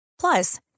Plus